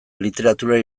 literatura